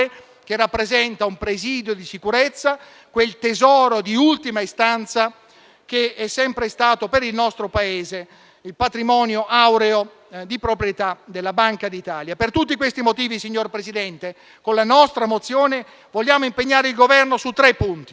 che rappresenta un presidio di sicurezza, quel tesoro di ultima istanza che è sempre stato per il nostro Paese il patrimonio aureo di proprietà della Banca d'Italia. Per tutti questi motivi, signor Presidente, con la nostra mozione vogliamo impegnare il Governo su tre punti.